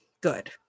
good